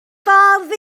ffordd